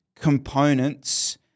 components